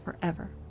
forever